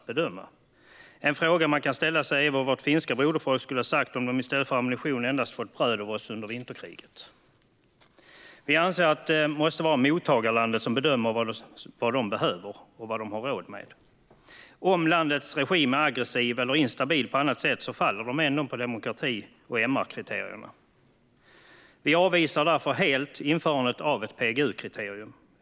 En fråga man kan ställa sig är vad vårt finska broderfolk skulle ha sagt om de i stället för ammunition endast fått bröd av oss under vinterkriget. Vi anser att det måste vara mottagarlandet som bedömer vad det behöver och vad det har råd med. Om landets regim är aggressiv eller instabil på annat sätt faller man ändå på demokrati och MR-kriterierna. Vi avvisar därför helt införandet av ett PGU-kriterium.